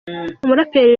umuraperi